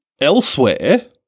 Elsewhere